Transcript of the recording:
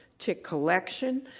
tick collection,